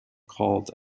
called